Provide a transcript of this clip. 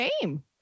game